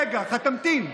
רגע, תמתין.